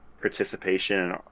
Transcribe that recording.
participation